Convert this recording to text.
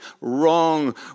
wrong